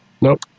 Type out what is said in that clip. Nope